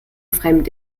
fremd